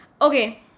Okay